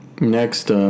next